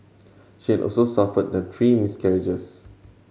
she had also suffered the three miscarriages